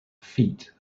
feet